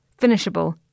finishable